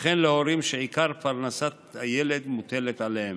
וכן להורים שעיקר פרנסת הילד מוטלת עליהם.